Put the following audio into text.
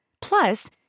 Plus